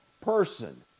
person